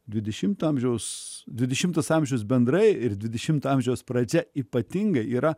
dvidešimto amžiaus dvidešimtas amžius bendrai ir dvidešimto amžiaus pradžia ypatingai yra